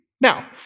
Now